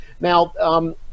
now